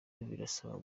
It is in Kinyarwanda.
birasaba